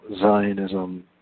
Zionism